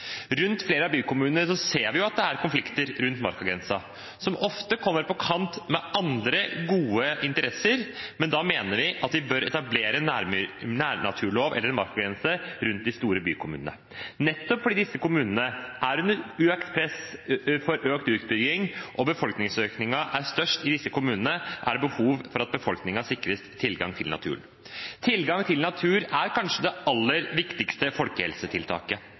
rundt de andre bykommunene våre. I flere av bykommunene ser vi at det er konflikter rundt markagrensen, som ofte kommer på kant med andre gode interesser. Da mener vi at det bør etableres en nærnaturlov eller markagrense rundt de store bykommunene. Nettopp fordi disse store kommunene er under økt press for økt utbygging og befolkningsøkningen er størst i disse kommunene, er det behov for at befolkningen sikres tilgang til naturen. Tilgang til natur er kanskje det aller viktigste folkehelsetiltaket.